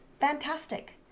fantastic